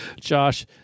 Josh